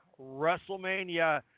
WrestleMania